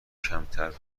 کمتر